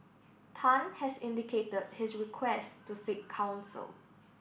Tan has indicated his request to seek counsel